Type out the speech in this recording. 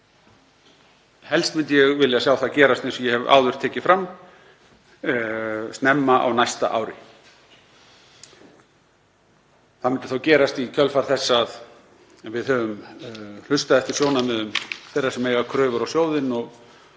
Helst myndi ég vilja sjá það gerast, eins og ég hef áður tekið fram, snemma á næsta ári. Það myndi þá gerast í kjölfar þess að við höfum hlustað eftir sjónarmiðum þeirra sem eiga kröfur á sjóðinn og